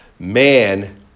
man